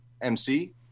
MC